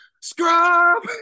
scrub